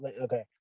okay